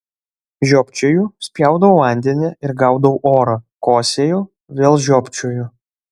žiopčioju spjaudau vandenį ir gaudau orą kosėju vėl žiopčioju